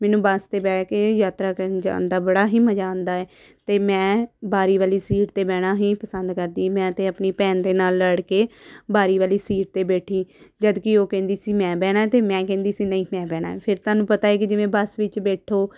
ਮੈਨੂੰ ਬੱਸ 'ਤੇ ਬਹਿ ਕੇ ਯਾਤਰਾ ਕਰਨ ਜਾਣ ਦਾ ਬੜਾ ਹੀ ਮਜ਼ਾ ਆਉਂਦਾ ਹੈ ਅਤੇ ਮੈਂ ਬਾਰੀ ਵਾਲੀ ਸੀਟ 'ਤੇ ਬਹਿਣਾ ਹੀ ਪਸੰਦ ਕਰਦੀ ਮੈਂ ਤਾਂ ਆਪਣੀ ਭੈਣ ਦੇ ਨਾਲ਼ ਲੜ ਕੇ ਬਾਰੀ ਵਾਲੀ ਸੀਟ 'ਤੇ ਬੈਠੀ ਜਦਕਿ ਉਹ ਕਹਿੰਦੀ ਸੀ ਮੈਂ ਬਹਿਣਾ ਅਤੇ ਮੈਂ ਕਹਿੰਦੀ ਸੀ ਨਹੀਂ ਮੈਂ ਬਹਿਣਾ ਫਿਰ ਤੁਹਾਨੂੰ ਪਤਾ ਹੈ ਕਿ ਜਿਵੇਂ ਬੱਸ ਵਿੱਚ ਬੈਠੋ